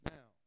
Now